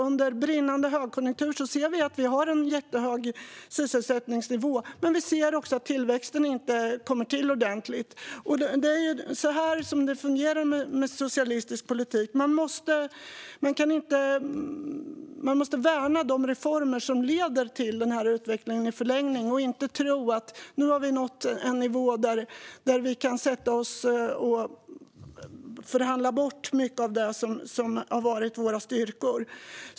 Under brinnande högkonjunktur ser vi att vi har en jättehög sysselsättningsnivå, men vi ser också att tillväxten inte kommer till ordentligt. Och så fungerar socialistisk politik. I stället måste man värna de reformer som leder till den här utvecklingen i förlängningen och inte tro att vi nu har nått en nivå där vi kan sätta oss och förhandla bort mycket av det som har varit våra styrkor.